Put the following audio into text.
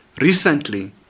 Recently